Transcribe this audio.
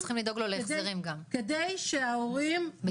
כדי שההורים יבואו --- אנחנו צריכים לדאוג לו להחזרים גם,